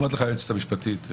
אומרת לך היועצת המשפטית,